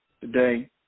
today